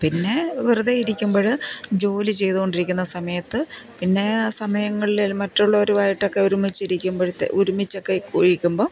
പിന്നെ വെറുതെ ഇരിക്കുമ്പോള് ജോലി ചെയ്തുകൊണ്ടിരിക്കുന്ന സമയത്ത് പിന്നേ സമയങ്ങളിൽ മറ്റുള്ളവരുവായിട്ടൊക്കെ ഒരുമിച്ചിരിക്കുമ്പോഴത്തേ ഒരുമിച്ചൊക്കെ കൂടിയിരിക്കുമ്പോള്